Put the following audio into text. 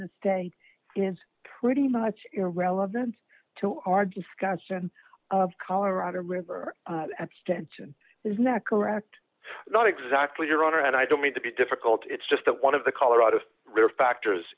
this day is pretty much irrelevant to our discussion of colorado river abstention is not correct not exactly your honor and i don't mean to be difficult it's just that one of the colorado river factors